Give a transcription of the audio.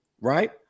right